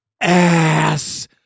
ass